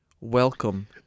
welcome